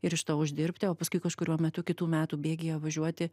ir iš to uždirbti o paskui kažkuriuo metu kitų metų bėgyje važiuoti